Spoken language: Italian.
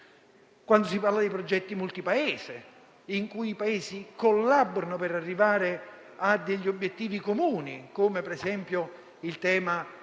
quando si parla di progetti multi-Paese, in cui gli Stati collaborano per arrivare a degli obiettivi comuni, come ad esempio sul tema